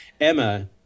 Emma